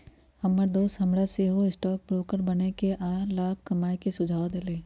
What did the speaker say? हमर दोस हमरा सेहो स्टॉक ब्रोकर बनेके आऽ लाभ कमाय के सुझाव देलइ